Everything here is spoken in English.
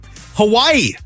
Hawaii